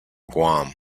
guam